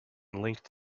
linked